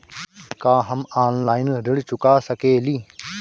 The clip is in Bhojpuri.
का हम ऑनलाइन ऋण चुका सके ली?